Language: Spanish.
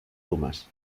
dumas